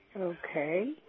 Okay